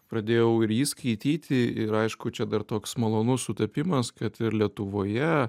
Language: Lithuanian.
pradėjau ir jį skaityti ir aišku čia dar toks malonus sutapimas kad ir lietuvoje